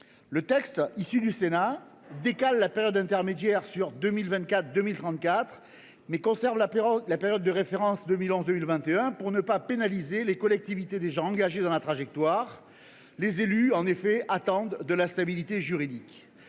des travaux du Sénat décale la période intermédiaire à 2024 2034, mais conserve la période de référence 2011 2021, afin de ne pas pénaliser les collectivités déjà engagées dans la trajectoire. Les élus attendent, il est vrai, de la stabilité juridique.